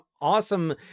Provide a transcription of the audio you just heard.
awesome